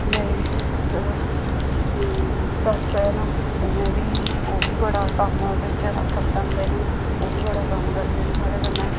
मेरी सस्स न उ'नें बी ओह् बी बड़ा कम्म बिच्च हत्थ बटांह्दे न ओह् बी बड़ा कम्म करदे न साढ़े कन्नै